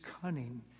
cunning